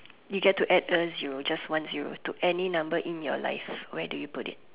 you get to add a zero just one zero to any number in your life where do you put it